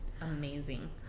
amazing